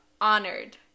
honored